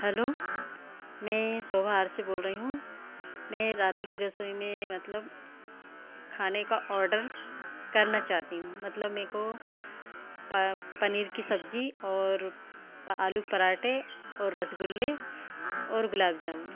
hello मैं सोभार से बोल रही हूँ मैं राधे की रसोई में मतलब खाने का आर्डर करना चाहती हूँ मतलब मेरे को पा पनीर की सब्जी और पा आलू के पराँठे और रसगुल्ले और गुलाब जामुन